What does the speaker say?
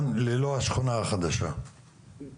ללא השכונה החדשה,